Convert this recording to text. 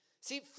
See